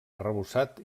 arrebossat